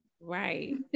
Right